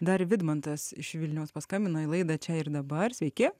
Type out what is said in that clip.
dar vidmantas iš vilniaus paskambino į laidą čia ir dabar sveiki